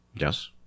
Yes